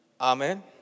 Amen